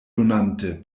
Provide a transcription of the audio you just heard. donante